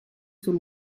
sul